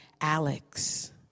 alex